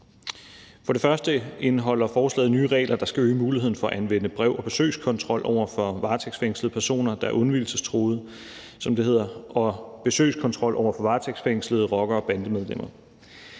For det første indeholder forslaget nye regler, der skal øge muligheden for at anvende brev- og besøgskontrol over for varetægtsfængslede personer, der er undvigelsestruede, som det hedder, og besøgskontrol over for varetægtsfængslede rockere og bandemedlemmer.